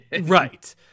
right